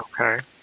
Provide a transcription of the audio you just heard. Okay